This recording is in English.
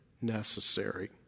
necessary